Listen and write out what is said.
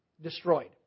destroyed